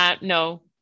No